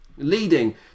Leading